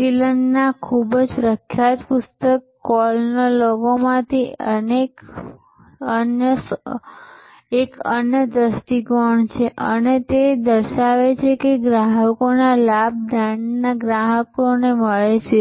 કિલનના ખૂબ જ પ્રખ્યાત પુસ્તક કૉલ નો લોગોમાંથી એક અન્ય દૃષ્ટિકોણ છે અને તે દર્શાવે છે કે ગ્રાહકોનો લાભ બ્રાન્ડ ગ્રાહકોને મળે છે